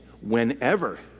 whenever